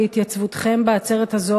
בהתייצבותכם בעצרת הזו,